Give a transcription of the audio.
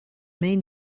main